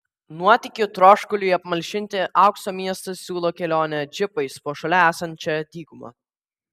nuotykių troškuliui apmalšinti aukso miestas siūlo kelionę džipais po šalia esančią dykumą